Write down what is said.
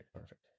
perfect